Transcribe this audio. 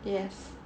yes